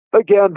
again